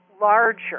larger